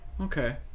Okay